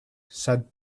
said